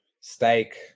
steak